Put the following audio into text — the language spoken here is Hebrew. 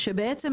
הסעיף הזה,